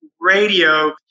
radio